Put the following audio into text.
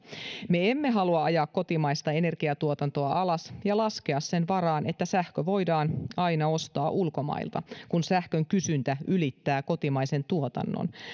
me emme halua ajaa kotimaista energiatuotantoa alas ja laskea sen varaan että sähkö voidaan aina ostaa ulkomailta kun sähkön kysyntä ylittää kotimaisen tuotannon